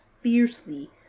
fiercely